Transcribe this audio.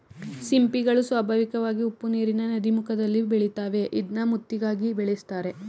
ಸಿಂಪಿಗಳು ಸ್ವಾಭಾವಿಕವಾಗಿ ಉಪ್ಪುನೀರಿನ ನದೀಮುಖದಲ್ಲಿ ಬೆಳಿತಾವೆ ಇದ್ನ ಮುತ್ತಿಗಾಗಿ ಬೆಳೆಸ್ತರೆ